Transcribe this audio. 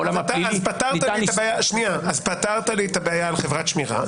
בעולם הפלילי ניתן --- אז פתרת לי את הבעיה על חברת שמירה.